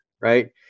right